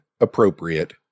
appropriate